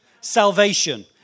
salvation